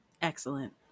Excellent